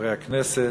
חברי הכנסת,